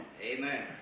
amen